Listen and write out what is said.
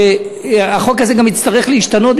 החוק הזה גם יצטרך להשתנות,